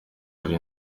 hari